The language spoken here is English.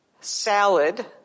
salad